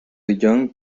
young